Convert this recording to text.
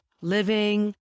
living